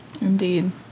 Indeed